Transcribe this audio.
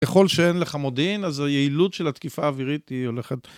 ככל שאין לך מודיעין, אז היעילות של התקיפה האווירית היא הולכת...